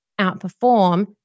outperform